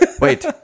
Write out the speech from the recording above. Wait